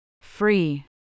Free